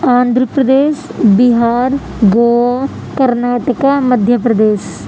Andhra Pradesh Bihar Goa Karnataka Madhya Pradesh